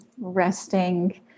Resting